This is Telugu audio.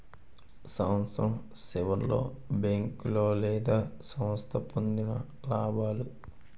సంవత్సరం సివర్లో బేంకోలు లేదా సంస్థ పొందిన లాబాలు